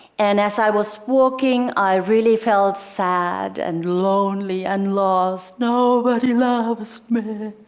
and as i was walking, i really felt sad and lonely and lost nobody loves me.